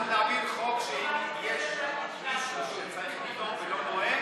אנחנו נעביר חוק שאם מישהו שצריך לנאום ולא נואם,